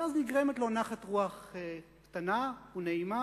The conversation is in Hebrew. ואז נגרמת לו נחת רוח קטנה ונעימה,